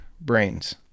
brains